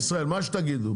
בנק ישראל, מה שתגידו.